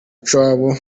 cy’abo